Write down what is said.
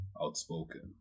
outspoken